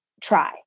try